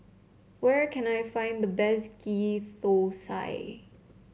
where can I find the best Ghee Thosai